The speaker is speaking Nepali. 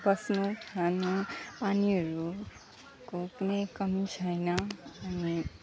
बस्नु खानु पानीहरूको कुनै कमी छैन अनि